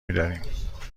میداریم